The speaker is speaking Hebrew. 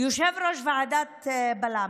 יושב-ראש ועדת בל"מ.